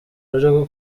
ruri